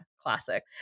Classic